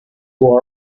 who